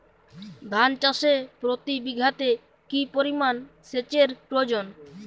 ধান চাষে প্রতি বিঘাতে কি পরিমান সেচের প্রয়োজন?